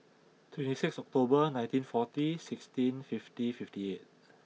twenty six October nineteen forty sixteen fifty fifty eight